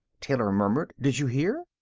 taylor murmured. did you hear?